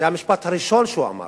זה המשפט הראשון שהוא אמר.